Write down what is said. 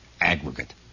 aggregate